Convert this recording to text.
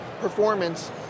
performance